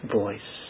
voice